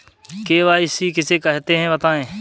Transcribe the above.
KYC किसे कहते हैं बताएँ?